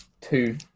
two